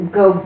go